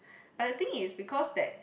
but the thing is because that